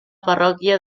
parròquia